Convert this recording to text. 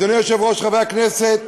אדוני היושב-ראש, חברי הכנסת,